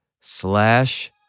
slash